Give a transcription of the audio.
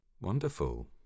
Wonderful